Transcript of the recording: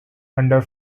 under